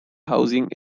housing